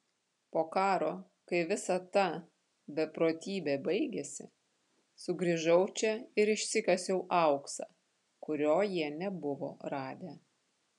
po karo kai visa ta beprotybė baigėsi sugrįžau čia ir išsikasiau auksą kurio jie nebuvo radę